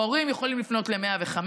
הורים יכולים לפנות ל-105.